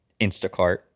Instacart